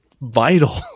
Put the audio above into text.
vital